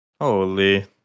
Holy